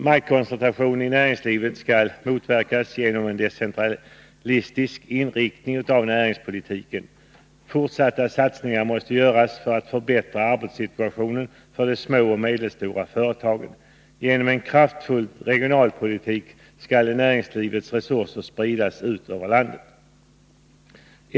Maktkoncentrationen i näringslivet skall motverkas genom en decentralistisk inriktning av näringspolitiken. Fortsatta satsningar måste göras för att förbättra arbetssituationen för de små och medelstora företagen. Genom en kraftfull regionalpolitik skall näringslivets resurser spridas ut över landet.